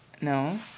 no